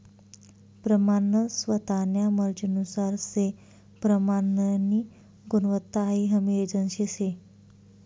प्रमानन स्वतान्या मर्जीनुसार से प्रमाननी गुणवत्ता हाई हमी एजन्सी शे